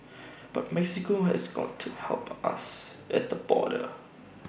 but Mexico has got to help us at the border